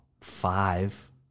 five